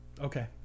Okay